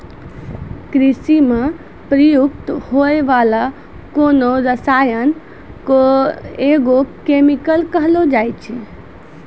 कृषि म प्रयुक्त होय वाला कोनो रसायन क एग्रो केमिकल कहलो जाय छै